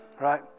right